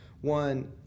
One